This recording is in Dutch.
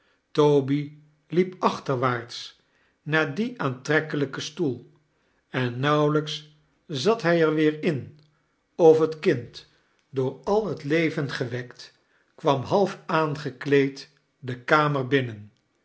toby riep achterwaarts naar dien aantrekkelijken stoel en nauwelijks zat hij er vreer in of het kind door al het leven gewekt kwam half aangekleed de kamer binnen